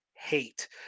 hate